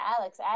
Alex